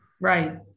Right